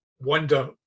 wonder